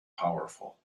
powerful